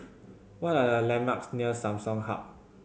what are the landmarks near Samsung Hub